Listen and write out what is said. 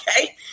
okay